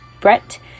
Brett